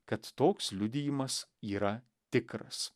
kad toks liudijimas yra tikras